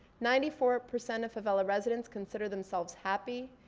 ninety four percent of favela residents consider themselves happy.